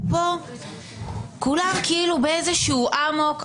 ופה כולם כאילו באיזשהו אמוק,